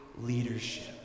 leadership